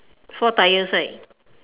four tyres right